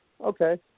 okay